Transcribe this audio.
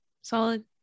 solid